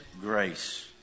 grace